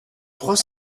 trois